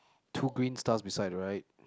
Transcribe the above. two green stars beside the right